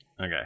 Okay